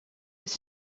was